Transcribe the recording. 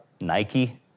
Nike